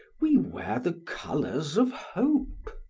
we wear the colors of hope.